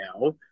now